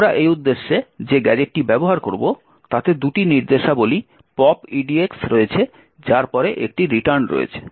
আমরা এই উদ্দেশ্যে যে গ্যাজেটটি ব্যবহার করব তাতে দুটি নির্দেশাবলী pop edx রয়েছে যার পরে একটি রিটার্ন রয়েছে